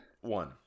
One